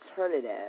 alternative